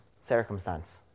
circumstance